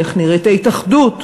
איך נראית ההתאחדות.